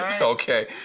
Okay